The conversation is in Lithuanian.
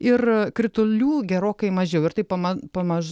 ir kritulių gerokai mažiau ir taip pama pamaž